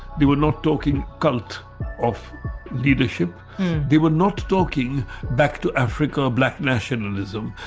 they were not talking cult of leadership they were not talking back to africa black nationalism.